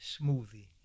smoothie